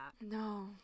No